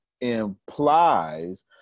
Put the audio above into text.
implies